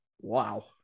wow